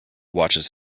watches